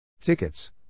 Tickets